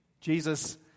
Jesus